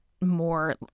more